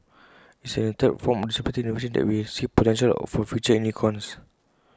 it's in this third form of disruptive innovation that we see potential for future unicorns